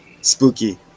spooky